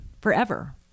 forever